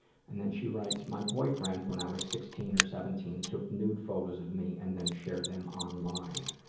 and then she writes, my boyfriend, when i was sixteen or seventeen, took nude photos of me and then shared them online.